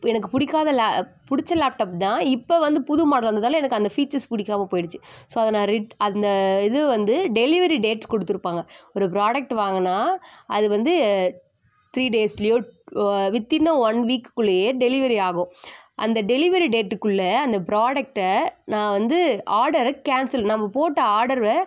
எனக்கு பிடிக்காத லே பிடிச்ச லேப்டப் தான் இப்போ வந்து புது மாடல் வந்ததால் எனக்கு அந்த ஃபீச்சர்ஸ் பிடிக்காம போய்டிச்சி ஸோ அதை நான் ரிட் அந்த இது வந்து டெலிவரி டேட்ஸ் கொடுத்துருப்பாங்க ஒரு ப்ராடெக்ட் வாங்கினா அது வந்து த்ரீ டேஸ்லையோ வித் இன் எ ஒன் வீக்குக்குள்ளையே டெலிவரி ஆகும் அந்த டெலிவரி டேட்டுக்குள்ள அந்த ப்ராடெக்ட்டை நான் வந்து ஆடரை கேன்சல் நம்ம போட்ட ஆடரை